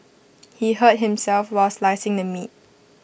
he hurt himself while slicing the meat